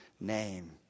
name